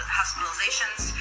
hospitalizations